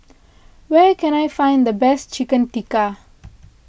where can I find the best Chicken Tikka